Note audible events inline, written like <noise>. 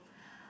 <breath>